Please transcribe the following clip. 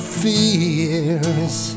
fears